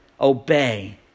obey